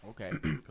Okay